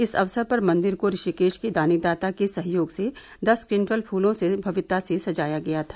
इस अवसर पर मंदिर को ऋषिकेश के दानीदाता के सहयोग से दस क्विंटल फूलों से भव्यता से सजाया गया था